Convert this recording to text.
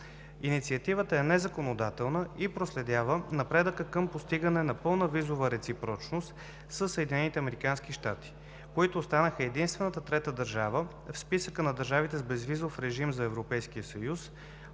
Инициативата е незаконодателна и проследява напредъка към постигане на пълна визова реципрочност със Съединените американски щати, които останаха единствената трета държава в списъка на държавите с безвизов режим за